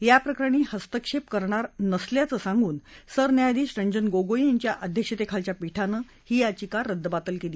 या प्रकरणी इस्तक्षेप करणार नसल्याचं सांगून सरन्यायाधीश रंजन गोगोई यांच्या अध्यक्षतेखालच्या पीठानं ही याचिका रद्दबातल केली